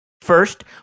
First